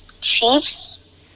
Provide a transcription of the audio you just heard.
Chiefs